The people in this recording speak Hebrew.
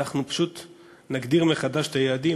אנחנו נגדיר מחדש את היעדים.